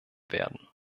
werden